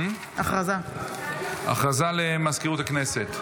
הודעה למזכירות הכנסת.